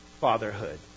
fatherhood